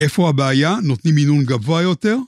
‫איפה הבעיה? נותנים מינון גבוה יותר?